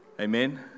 amen